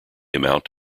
amount